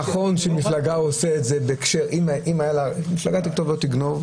נכון שמפלגה עושה את זה ותכתוב "לא תגנוב",